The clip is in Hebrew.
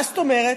מה זאת אומרת?